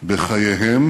בחייהם